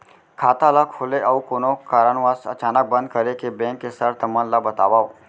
खाता ला खोले अऊ कोनो कारनवश अचानक बंद करे के, बैंक के शर्त मन ला बतावव